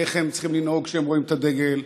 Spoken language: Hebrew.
איך הם צריכים לנהוג כשהם רואים את הדגל,